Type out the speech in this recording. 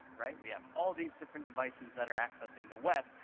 right? we have all these different devices that are accessing the web,